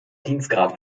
dienstgrad